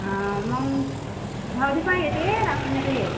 हा मंग भरदिवसा आय ते रातच नाय ते